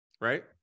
right